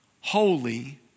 holy